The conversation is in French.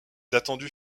attendus